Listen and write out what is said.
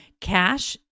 Cash